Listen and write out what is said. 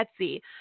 Etsy